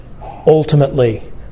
ultimately